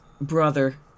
brother